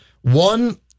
One